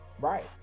Right